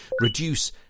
Reduce